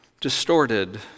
distorted